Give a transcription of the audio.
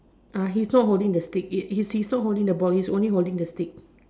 uh he's not holding the stick it he's he's not holding the ball he's only holding the stick